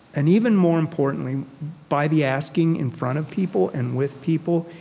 and even more importantly, by the asking in front of people, and with people,